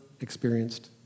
experienced